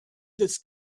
this